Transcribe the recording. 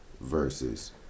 Versus